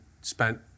spent